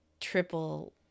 triple